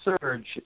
surge